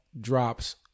drops